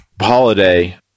holiday